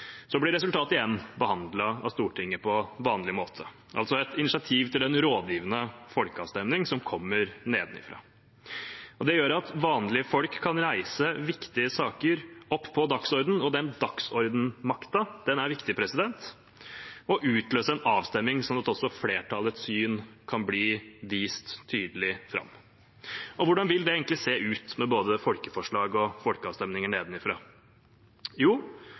Så blir resultatet igjen behandlet av Stortinget på vanlig måte, altså et initiativ til en rådgivende folkeavstemning som kommer nedenifra. Det gjør at vanlige folk kan reise viktige saker opp på dagsordenen – den dagsordenmakten er viktig – og utløse en avstemning sånn at også flertallets syn kan bli vist tydelig fram. Hvordan vil det egentlig se ut, med både folkeforslag og folkeavstemninger nedenifra? Jo,